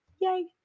Yay